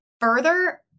Further